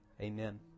amen